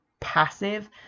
passive